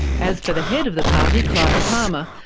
as for the head of the party, clive palmer,